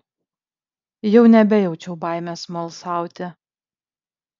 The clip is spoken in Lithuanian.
jau nebejaučiau baimės smalsauti